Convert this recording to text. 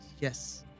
yes